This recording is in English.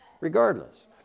regardless